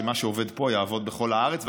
ומה שעובד פה יעבוד בכל הארץ,